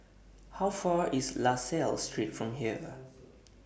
How Far away IS La Salle Street from here